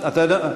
זנדברג,